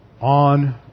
on